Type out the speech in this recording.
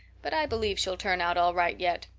but i believe she'll turn out all right yet.